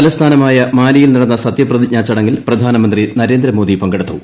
തലസ്ഥാനമായ മാലിയിൽ നടന്ന സത്യപ്രതിജ്ഞാ ചടങ്ങിൽ പ്രധാനമന്ത്രി നരേന്ദ്രമോദിപങ്കെടുത്തു